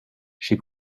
she